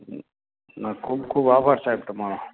ને ખૂબ ખૂબ આભાર સાહેબ તમારો